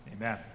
Amen